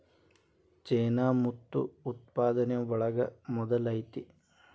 ಚೇನಾ ಮುತ್ತು ಉತ್ಪಾದನೆ ಒಳಗ ಮೊದಲ ಐತಿ